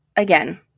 again